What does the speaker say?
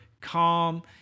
calm